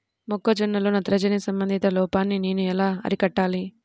మొక్క జొన్నలో నత్రజని సంబంధిత లోపాన్ని నేను ఎలా అరికట్టాలి?